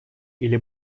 или